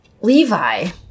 Levi